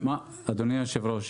אדוני היושב ראש,